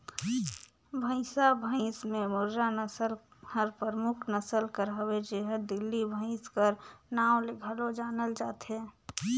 भंइसा भंइस में मुर्रा नसल हर परमुख नसल कर हवे जेहर दिल्ली भंइस कर नांव ले घलो जानल जाथे